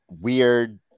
weird